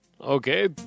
okay